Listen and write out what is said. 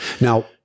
Now